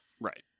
Right